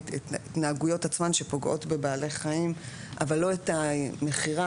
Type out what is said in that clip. ההתנהגויות עצמן שפוגעות בבעלי חיים אבל לא את המכירה,